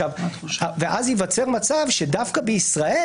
אז ייווצר מצב שדווקא בישראל,